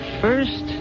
first